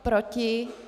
Proti?